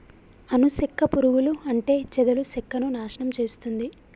అను సెక్క పురుగులు అంటే చెదలు సెక్కను నాశనం చేస్తుంది